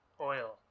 oil